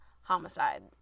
homicide